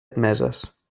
admeses